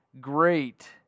great